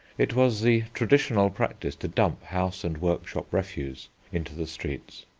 it was the traditional practice to dump house and workshop refuse into the streets.